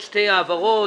יש לנו עוד שתי העברות.